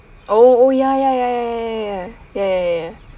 oh oh ya ya ya ya ya ya ya ya ya ya ya